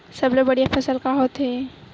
सबले बढ़िया फसल का होथे?